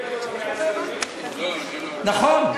נכון.